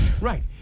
right